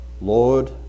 Lord